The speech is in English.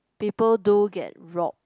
people do get robbed